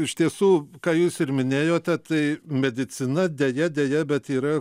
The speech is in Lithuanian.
iš tiesų ką jūs ir minėjote tai medicina deja deja bet yra